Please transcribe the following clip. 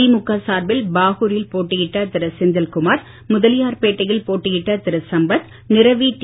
திமுக சார்பில் பாகூரில் போட்டியிட்ட திரு செந்தில் குமார் முதலியார்பேட்டையில் போட்டியிட்ட திரு சம்பத் நிரவி டி